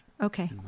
Okay